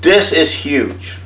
this is huge